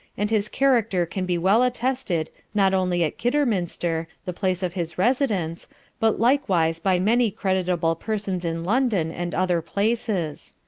and his character can be well attested not only at kidderminster, the place of his residence but likewise by many creditable persons in london and other places.